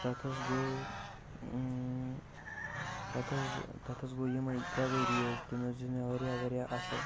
تَتھ حظ گوٚو تَتھ حظ تَتھ حظ گوٚو یِمٔے ترٛےٚ ؤری حظ تٔمۍ حظ دیٛت مےٚ واریاہ واریاہ اصٕل